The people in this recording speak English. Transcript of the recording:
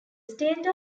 state